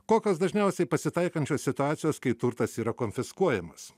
kokios dažniausiai pasitaikančios situacijos kai turtas yra konfiskuojamas